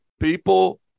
people